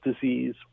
disease